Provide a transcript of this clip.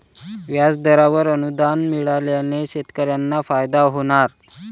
व्याजदरावर अनुदान मिळाल्याने शेतकऱ्यांना फायदा होणार